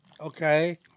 okay